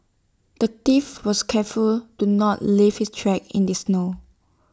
the thief was careful to not leave his tracks in the snow